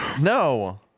No